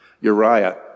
Uriah